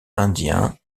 indien